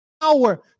Power